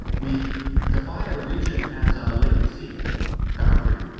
we define a region as a latency boundary,